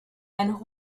and